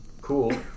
cool